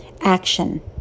action